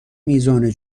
میزان